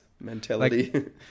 mentality